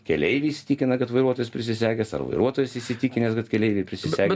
keleiviai įsitikina kad vairuotojas prisisegęs ar vairuotojas įsitikinęs kad keleiviai prisisegę